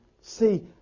See